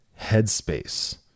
headspace